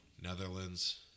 Netherlands